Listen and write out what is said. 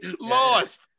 Lost